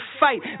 fight